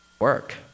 Work